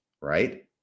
right